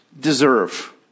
deserve